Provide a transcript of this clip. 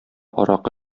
аракы